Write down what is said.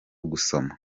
gusoma